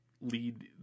Lead